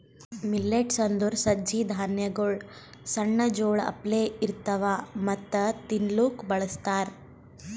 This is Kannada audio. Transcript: ಮಿಲ್ಲೆಟ್ಸ್ ಅಂದುರ್ ಸಜ್ಜಿ ಧಾನ್ಯಗೊಳ್ ಸಣ್ಣ ಜೋಳ ಅಪ್ಲೆ ಇರ್ತವಾ ಮತ್ತ ತಿನ್ಲೂಕ್ ಬಳಸ್ತಾರ್